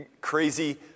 crazy